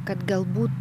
kad galbūt